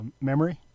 memory